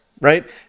right